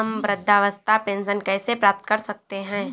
हम वृद्धावस्था पेंशन कैसे प्राप्त कर सकते हैं?